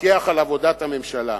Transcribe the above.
לפקח על עבודת הממשלה.